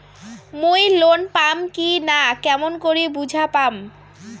মুই লোন পাম কি না কেমন করি বুঝা পাম?